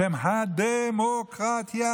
בשם הדמוקרטיה